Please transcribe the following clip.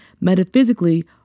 Metaphysically